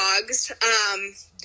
dogs